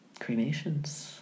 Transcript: Cremations